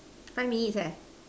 five minutes eh